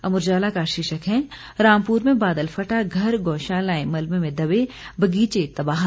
अमर उजाला का शीर्षक है रामपुर में बादल फटा घर गौशालाएं मलबे में दबे बगीचे तबाह